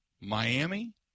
Miami